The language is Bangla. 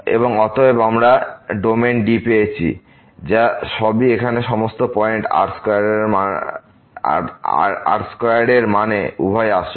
এবং অতএব আমরা ডোমেইন D পেয়েছি যা সবই এখানে সমস্ত পয়েন্ট রয়েছে R2 এর মানে উভয়ই আসল